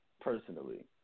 personally